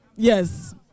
Yes